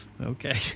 Okay